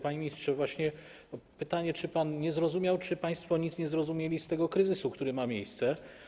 Panie ministrze, powstaje pytanie, czy to pan nie zrozumiał czy państwo nic nie zrozumieli z tego kryzysu, który ma miejsce.